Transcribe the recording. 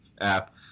app